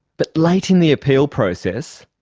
but late in the appeal process,